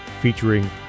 featuring